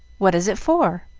what is it for?